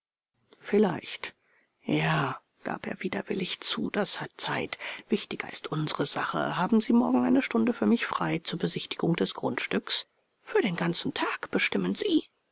vielleicht ja gab er widerwillig zu das hat zeit wichtiger ist unsere sache haben sie morgen eine stunde für mich frei zur besichtigung des grundstücks für den ganzen tag bestimmen sie